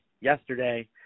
yesterday